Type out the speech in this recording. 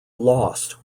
lost